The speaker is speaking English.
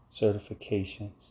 certifications